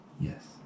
yes